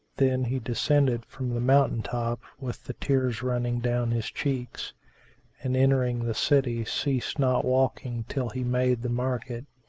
then he descended from the mountain-top with the tears running down his cheeks and, entering the city, ceased not walking till he made the market.